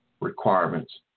requirements